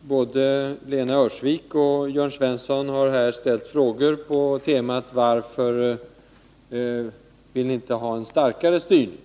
Både Lena Öhrsvik och Jörn Svensson har här ställt frågor på temat: Varför vill ni inte ha en starkare styrning?